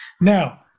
Now